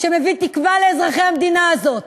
שמביא תקווה לאזרחי המדינה הזאת.